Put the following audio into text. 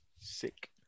sick